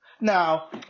Now